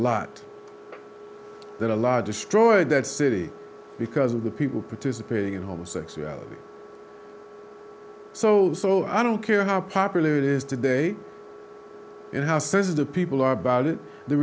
lot that a large destroyed that city because of the people participating in homosexuality so i don't care how popular it is today and how sensitive people are about it the